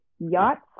yachts